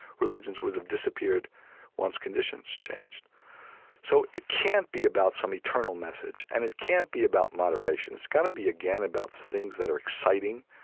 religions would have disappeared once conditions changed so it can't be about some eternal message and it can't be about moderation. it's got to be, again, about things that are exciting,